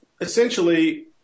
essentially